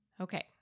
Okay